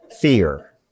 Fear